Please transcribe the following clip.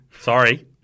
Sorry